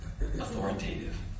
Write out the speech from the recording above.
authoritative